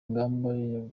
ingamba